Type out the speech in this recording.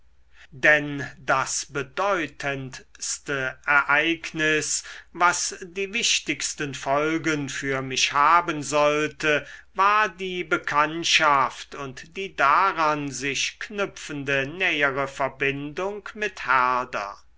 denn das bedeutendste ereignis was die wichtigsten folgen für mich haben sollte war die bekanntschaft und die daran sich knüpfende nähere verbindung mit herder